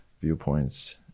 viewpoints